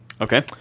Okay